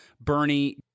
Bernie